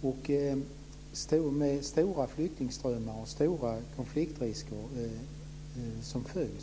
Där finns stora flyktingströmmar med stora konfliktrisker som följd.